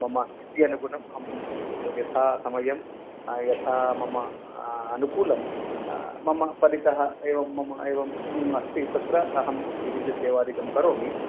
मम स्थित्यनुगुनम् अहं किञ्चित् यथा समयं यथा मम अनुकूलं मम परितः एवं मम एवं किम् अस्ति तत्र अहं किञ्चित् सेवादिकं करोमि